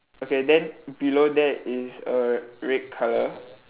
okay then below there is err red colour